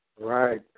Right